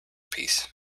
piece